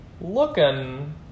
Looking